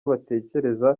batekereza